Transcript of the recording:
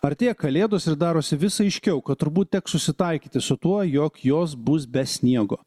artėja kalėdos ir darosi vis aiškiau kad turbūt teks susitaikyti su tuo jog jos bus be sniego